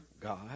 God